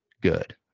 good